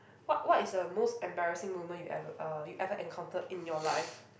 what what is a most embarrassing moment you ever uh you ever encountered in your life